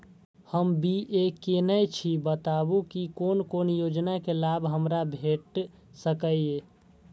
हम बी.ए केनै छी बताबु की कोन कोन योजना के लाभ हमरा भेट सकै ये?